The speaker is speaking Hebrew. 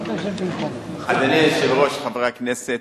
אדוני היושב-ראש, חברי הכנסת,